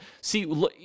see